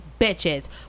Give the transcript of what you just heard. bitches